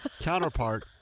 counterpart